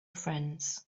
friends